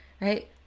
right